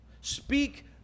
Speak